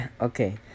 Okay